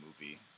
movie